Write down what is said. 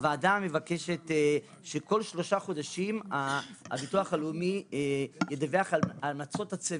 הוועדה מבקשת שכל שלושה חודשים הביטוח הלאומי ידווח על המלצות הצוות.